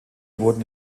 wurden